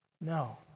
No